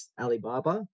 Alibaba